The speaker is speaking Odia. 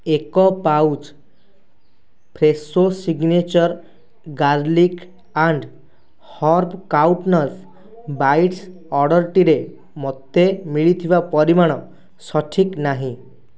ଏକ pouch Fresho signature garlic and herb croutons bites ଅର୍ଡ଼ର୍ଟିରେ ମୋତେ ମିଳିଥିବା ପରିମାଣ ସଠିକ୍ ନାହିଁ